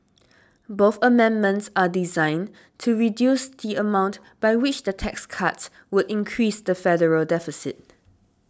both amendments are designed to reduce the amount by which the tax cuts would increase the federal deficit